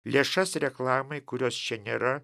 lėšas reklamai kurios čia nėra